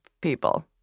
people